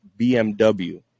BMW